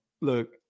Look